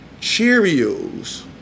Cheerios